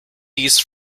east